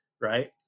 right